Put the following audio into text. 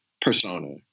persona